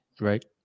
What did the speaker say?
right